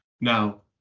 Now